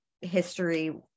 history